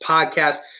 Podcast